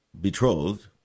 betrothed